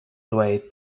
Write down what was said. ddweud